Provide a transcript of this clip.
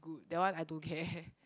that one I don't care